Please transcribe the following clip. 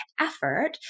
effort